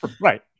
Right